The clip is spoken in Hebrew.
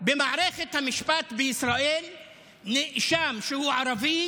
במערכת המשפט בישראל נאשם שהוא ערבי